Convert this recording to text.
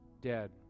dead